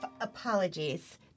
Apologies